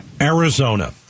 Arizona